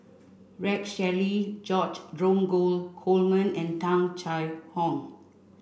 Rex Shelley George Dromgold Coleman and Tung Chye Hong